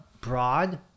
broad